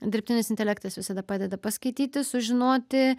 dirbtinis intelektas visada padeda paskaityti sužinoti